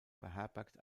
beherbergt